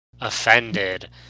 offended